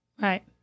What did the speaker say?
Right